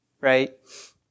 right